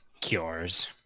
cures